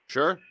Sure